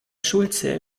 schulze